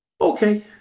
okay